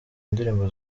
indirimbo